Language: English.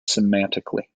semantically